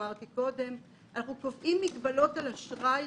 אנחנו קובעים מגבלות לחברות אשראי,